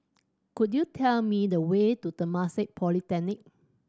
could you tell me the way to Temasek Polytechnic